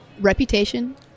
reputation